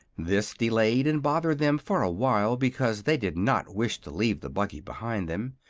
this delayed and bothered them for a while, because they did not wish to leave the buggy behind them.